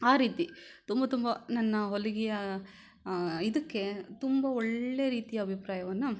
ಆ ರೀತಿ ತುಂಬ ತುಂಬ ನನ್ನ ಹೊಲಿಗೆಯ ಇದಕ್ಕೆ ತುಂಬಾ ಒಳ್ಳೆಯ ರೀತಿಯ ಅಭಿಪ್ರಾಯವನ್ನು